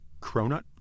cronut